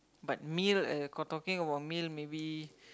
but meal uh cause talking about meal maybe